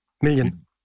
million